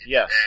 Yes